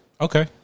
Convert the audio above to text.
Okay